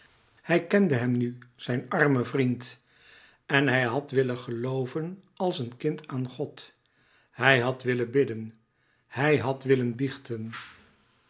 hij kende hem nu zijn armen vriend en hij had willen gelooven als een kind aan god hij had willen bidden hij had willen biechten